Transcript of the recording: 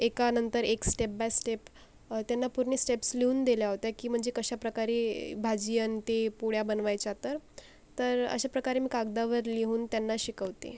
एकानंतर एक step by step त्यांना पूर्ण स्टेप्स लिहून दिल्या होत्या की म्हणजे कशा प्रकारे भाजी अन् ते पोळ्या बनवायच्या तर तर अशा प्रकारे मी कागदावर लिहून त्यांना शिकवतेय